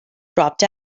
dropped